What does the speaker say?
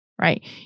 right